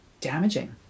damaging